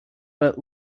but